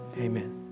amen